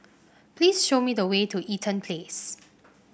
please show me the way to Eaton Place